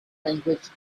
language